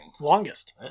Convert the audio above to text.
Longest